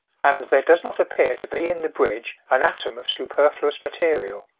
and there does not appear to be in the bridge an atom of superfluous material.